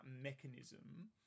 mechanism